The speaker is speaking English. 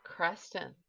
Creston